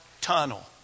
tunnel